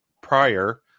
prior